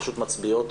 מצביעות